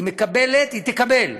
היא תקבל,